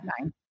nine